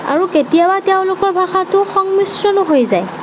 আৰু কেতিয়াবা তেওঁলোকৰ ভাষাটো সংমিশ্ৰণো হৈ যায়